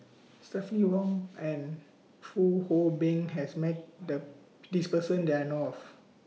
Stephanie Wong and Fong Hoe Beng has Met The This Person that I know of